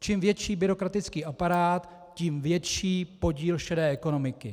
Čím větší byrokratický aparát, tím větší podíl šedé ekonomiky.